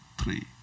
three